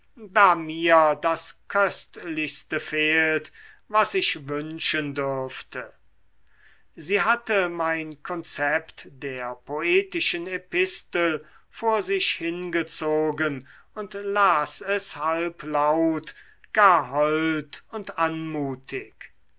da mir das köstlichste fehlt was ich wünschen dürfte sie hatte mein konzept der poetischen epistel vor sich hingezogen und las es halb laut gar hold und anmutig